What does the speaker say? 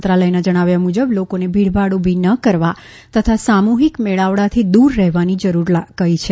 મંત્રાલયના જણાવ્યા મુજબ લોકોને ભીડભાડ ઉભી ન કરવા તથા સામુહિક મેળાવડાથી દુર રહેવાની જરૂર છે